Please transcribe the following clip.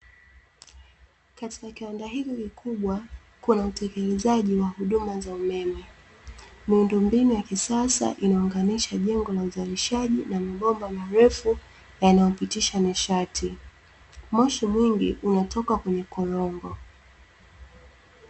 Katika kiwanda hiki kikubwa kuna utengenezaji wa huduma za umeme, miundombinu ya kisasa inaunganisha jengo la uzalishaji na mibomba marefu yanayopitisha nishati, moshi mwingi unatoka kwenye korombo.